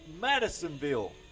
madisonville